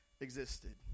existed